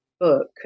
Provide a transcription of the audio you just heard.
book